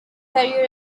career